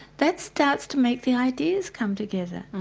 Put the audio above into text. that starts to make the ideas come together.